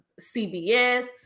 cbs